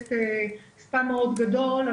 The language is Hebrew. מנהלת ספא מאוד גדול,